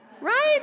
Right